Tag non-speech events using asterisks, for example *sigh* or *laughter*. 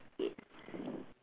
it's *breath*